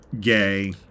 gay